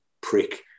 prick